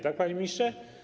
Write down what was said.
Tak, panie ministrze?